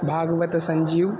भागवतसञ्जीव्